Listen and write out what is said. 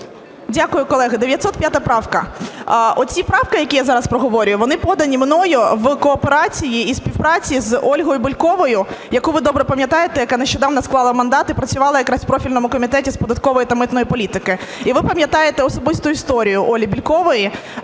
Дякую, колеги. 905 правка. Оці правки, які я зараз проговорюю, вони подані мною в кооперації і співпраці з Ольгою Бєльковою, яку ви добре пам'ятаєте, яка нещодавно склала мандат і працювала якраз в профільному Комітеті з податкової та митної політики. І ви пам'ятаєте особисту історію Олі Бєлькової,